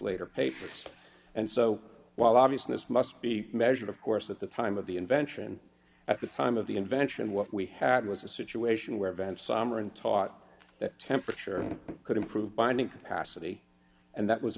later papers and so while obviousness must be measured of course at the time of the invention at the time of the invention what we had was a situation where events summer and taught that temperature could improve binding capacity and that was